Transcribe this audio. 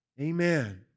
Amen